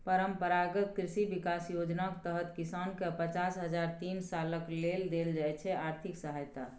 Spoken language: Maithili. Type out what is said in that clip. परंपरागत कृषि बिकास योजनाक तहत किसानकेँ पचास हजार तीन सालक लेल देल जाइ छै आर्थिक सहायता